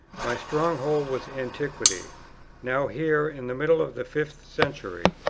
my stronghold was antiquity now here, in the middle of the fifth century,